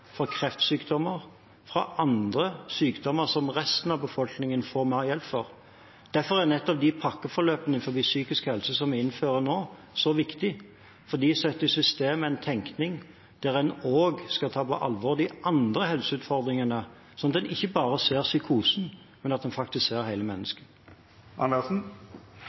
for kreftsykdommer og for andre sykdommer som resten av befolkningen får mer hjelp for. Derfor er nettopp de pakkeforløpene innenfor psykisk helse som vi innfører nå, så viktige, for de setter i system en tenkning der en også skal ta på alvor de andre helseutfordringene, slik at en ikke bare ser psykosen, men faktisk ser hele mennesket.